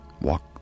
Walk